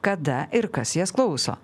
kada ir kas jas klauso